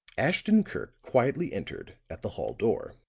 ashton-kirk quietly entered at the hall door.